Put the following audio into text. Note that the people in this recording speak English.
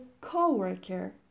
co-worker